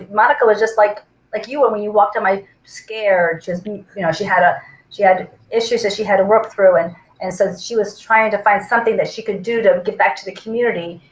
monica was just like like you and when you walked on my scare just be you know she had a she had issues that she had to work through and and since she was trying to find something that she could do to give back to the community.